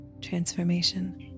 transformation